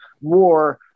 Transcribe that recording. war